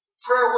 Prayer